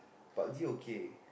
park g okay